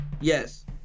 Yes